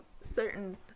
certain